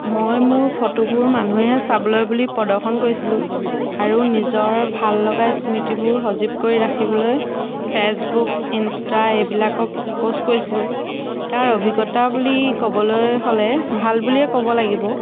মই মোৰ ফটোবোৰ মানুহে চাবলৈ বুলি প্ৰদৰ্শন কৰিছিলোঁ আৰু নিজৰ ভাল লগা স্মৃতিবোৰ সজীৱ কৰি ৰাখিবলৈ ফে'চবুক ইনষ্টা এইবিলাকক প'ষ্ট কৰিছিলোঁ ইয়াৰ অভিজ্ঞতা বুলি ক'বলৈ হ'লে ভাল বুলিয়ে ক'ব লাগিব